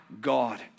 God